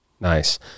nice